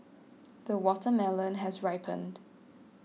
the watermelon has ripened